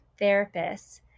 therapists